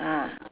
ah